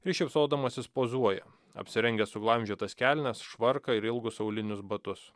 ir šypsodamasis pozuoja apsirengęs suglamžytas kelnes švarką ir ilgus aulinius batus